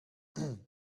der